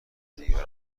دیگران